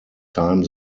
time